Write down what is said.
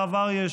הרב אריה,